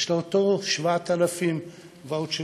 יש לה אותם 7,000 ואוצ'רים.